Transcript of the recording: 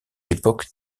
l’époque